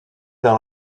dans